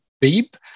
beep